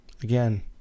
Again